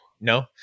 No